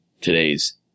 today's